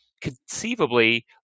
conceivably